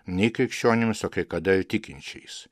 nei krikščionims o kai kadair tikinčiais